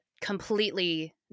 completely